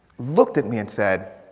looked at me and said.